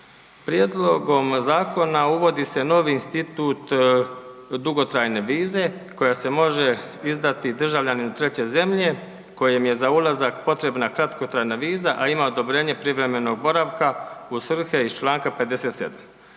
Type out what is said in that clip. Prijedlogom zakona uvodi se novi institut dugotrajne vize koja se može izdati državljanima treće zemlje kojem je za ulazak potrebna kratkotrajna viza, a ima odobrenje privremenog boravka u svrhe iz čl. 57.